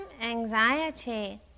anxiety